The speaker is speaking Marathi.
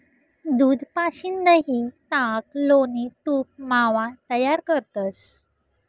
दूध पाशीन दही, ताक, लोणी, तूप, मावा तयार करतंस